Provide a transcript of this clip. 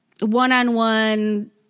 one-on-one